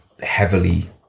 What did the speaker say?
heavily